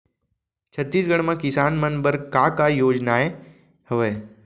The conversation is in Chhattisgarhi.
छत्तीसगढ़ म किसान मन बर का का योजनाएं हवय?